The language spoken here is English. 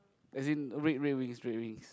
as in red red with its steerings